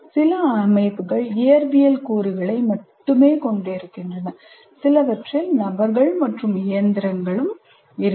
சில அமைப்புகள் இயற்பியல் கூறுகளை மட்டுமே கொண்டிருக்கின்றன சிலவற்றில் நபர்கள் மற்றும் இயந்திரங்களும் இருக்கும்